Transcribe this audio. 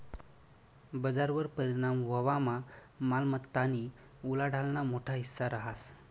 बजारवर परिणाम व्हवामा मालमत्तानी उलाढालना मोठा हिस्सा रहास